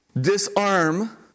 disarm